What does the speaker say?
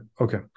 Okay